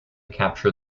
capture